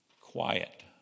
quiet